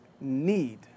need